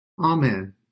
Amen